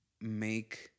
make